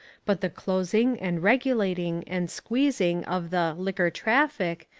but the closing and regulating and squeezing of the liquor traffic,